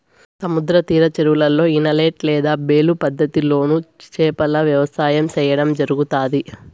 సముద్ర తీర చెరువులలో, ఇనలేట్ లేదా బేలు పద్ధతి లోను చేపల వ్యవసాయం సేయడం జరుగుతాది